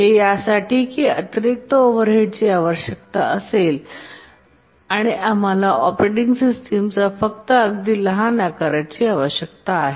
हे यासाठी की अतिरिक्त ओव्हरहेडची आवश्यकता असेल आणि आम्हाला ऑपरेटिंग सिस्टमच्या फक्त अगदी लहान आकाराची आवश्यकता आहे